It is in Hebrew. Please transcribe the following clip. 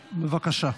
בבקשה.